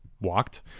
walked